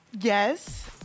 Yes